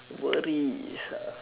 worries ah